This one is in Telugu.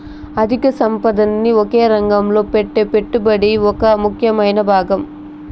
అధిక సంపదని ఒకే రంగంలో పెట్టే పెట్టుబడి ఒక ముఖ్యమైన భాగం